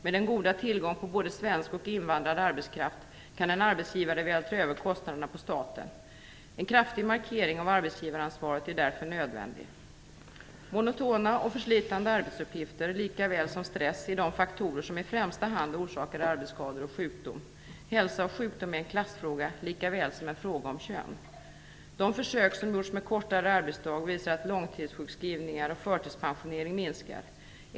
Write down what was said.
Med den goda tillgången på både svensk och invandrad arbetskraft kan en arbetsgivare vältra över kostnaderna på staten. En kraftig markering av arbetsgivaransvaret är därför nödvändig. Monotona och förslitande arbetsuppgifter, lika väl som stress, är de faktorer som i främsta hand orsakar arbetsskador och sjukdom. Hälsa och sjukdom är en klassfråga lika väl som en fråga om kön. De försök som har gjorts med kortare arbetsdag visar att långtidssjukskrivningar och förtidspensionering minskar.